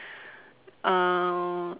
uh